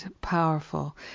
Powerful